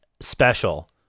special